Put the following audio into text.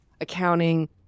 accounting